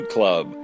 Club